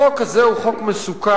החוק הזה הוא חוק מסוכן,